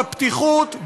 בפתיחות,